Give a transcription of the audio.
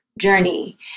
journey